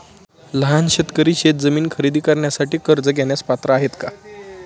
लहान शेतकरी शेतजमीन खरेदी करण्यासाठी कर्ज घेण्यास पात्र आहेत का?